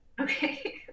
Okay